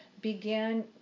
began